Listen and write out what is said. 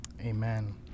amen